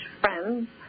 friends